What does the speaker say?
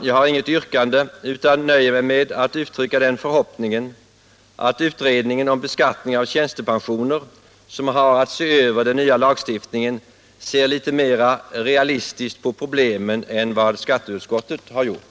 Jag har inget yrkande, utan nöjer mig med att uttrycka — säkringar den förhoppningen att utredningen om beskattning av tjänstepensioner, vilken har att se över den nya lagstiftningen, ser litet mer realistiskt på problemen än vad skatteutskottet gjort.